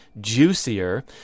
juicier